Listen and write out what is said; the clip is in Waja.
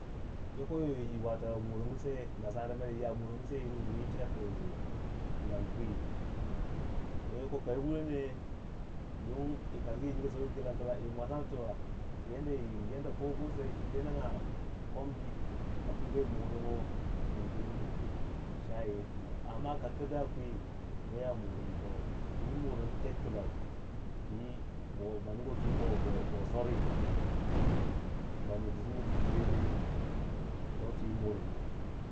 Yoko yo yi watanga yi morongu se nasara mere, iya morongu seyir wu wi cika ku nang kwi don yoko kai wunone don yi kasugu yi nyiga sauki yi matwani tibak yi yanda ko gursai yi tenanga kopndi a pwi bai morongo ningu shayi yitono amma ka ku da kwi, noya morondi toh tiyi morond tek tibak ma nyingoi twi bo swari ba nyititi de dei to tiy morondi.